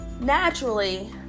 naturally